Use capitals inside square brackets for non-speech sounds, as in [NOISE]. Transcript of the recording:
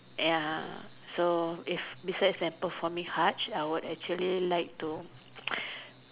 ya so if besides the performing arch I actually like to [BREATH]